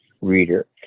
reader